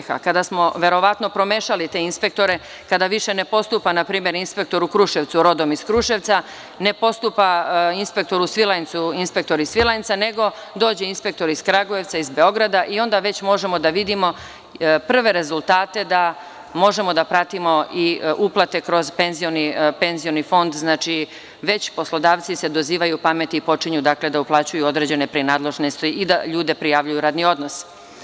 Verovatno kada smo promešali te inspektore, kada više ne postupa npr. inspektor u Kruševcu rodom iz Kruševca, ne postupa inspektor iz Svilajnca u Svilajncu, nego dođe inspektor iz Kragujevca, iz Beograda i onda već možemo da vidimo prve rezultate, možemo da pratimo i uplate kroz penzioni fond, već se poslodavci dozivaju pameti i počinju da uplaćuju određene prinadležnosti i da ljude prijavljuju u radni odnos.